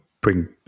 bring